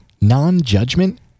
non-judgment